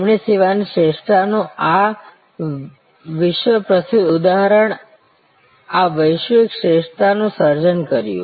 તેમણે સેવાની શ્રેષ્ઠતાનું આ વિશ્વ પ્રસિદ્ધ ઉદાહરણ આ વૈશ્વિક શ્રેષ્ઠતાનું સર્જન કર્યું